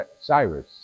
Cyrus